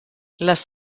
les